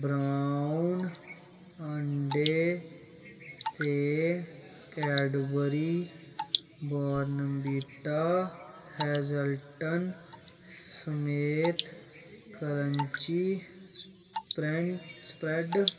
brown अण्डे ते Cadbury Bournvita हैजल्टन समेत क्रन्ची फेंच ब्रेड